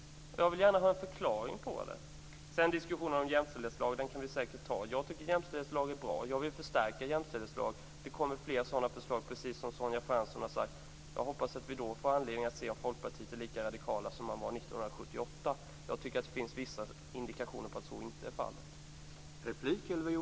Jag vill gärna ha en förklaring till det. Diskussionen om jämställdhetslagen kan vi säkert ta. Jag tycker att jämställdhetslagen är bra, och jag vill förstärka den. Det kommer flera sådana förslag, som Sonja Fransson har sagt. Jag hoppas att vi då får se att Folkpartiet är lika radikalt nu som 1978. Det finns vissa indikationer på att så inte är fallet.